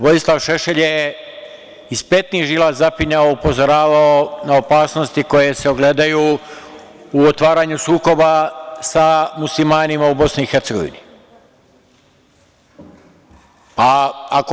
Vojislav Šešelj je iz petnih žila zapinjao i upozoravao na opasnosti koje se ogledaju u otvaranju sukoba sa muslimanima u Bosni i Hercegovini.